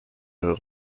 guerre